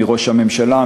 מראש הממשלה,